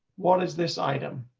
what is this item.